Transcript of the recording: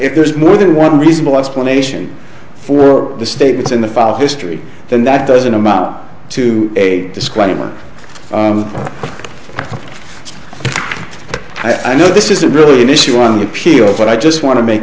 if there is more than one reasonable explanation for the statements in the file history then that doesn't amount to a disclaimer i know this isn't really an issue on appeal but i just want to make